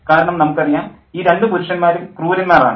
കാരണം നമുക്കറിയാം ഈ രണ്ട് പുരുഷന്മാരും ക്രൂരന്മാർ ആണ്